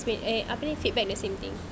wait apa ya feedback the same thing